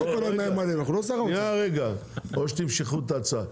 ותימשכו אותה.